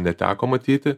neteko matyti